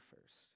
first